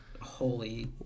holy